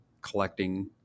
collecting